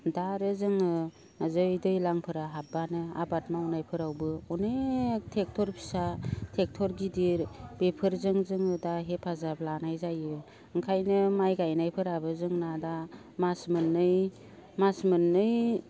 दा आरो जोङो जै दैज्लांफोरा हाबबानो आबाद मावनायफोरावबो अनेख ट्रेक्टर फिसा ट्रेक्टर गिदिर बेफोरजों जोङो दा हेफाजाब लानाय जायो ओंखायनो माइ गायनायफोराबो जोंना दा मास मोननै मास मोननै